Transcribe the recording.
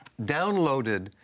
downloaded